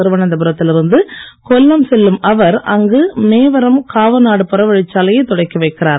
திருவனந்தபுரத்தில் இருந்து கொல்லம் செல்லும் அவர் அங்கு மேவரம் காவநாடு புறவழிச்சாலையை தொடக்கி வைக்கிறார்